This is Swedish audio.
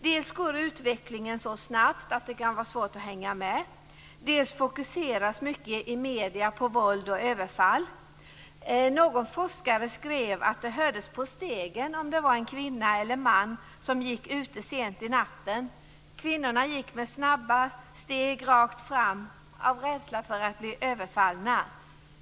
Dels går utvecklingen så snabbt att det kan vara svårt att hänga med, dels fokuseras mycket i medierna på våld och överfall. Någon forskare skrev att det hördes på stegen om det var en kvinna eller en man som gick ute sent i natten. Kvinnorna gick med snabba steg rakt fram av rädsla för att bli överfallna.